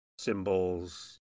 Symbols